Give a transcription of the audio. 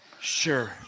Sure